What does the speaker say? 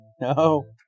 No